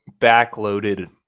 backloaded